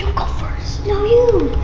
go first. no, you